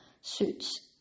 suits